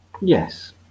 Yes